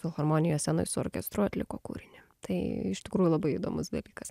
filharmonijos scenoj su orkestru atliko kūrinį tai iš tikrųjų labai įdomus dalykas